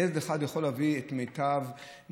ילד אחד יכול להביא את מיטב האוכל,